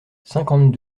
cinquante